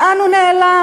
לאן הוא נעלם?